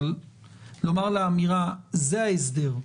אבל לומר לה: זה ההסדר,